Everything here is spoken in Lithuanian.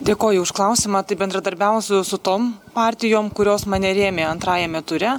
dėkoju už klausimą tai bendradarbiausiu su tom partijom kurios mane rėmė antrajame ture